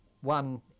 One